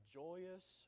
joyous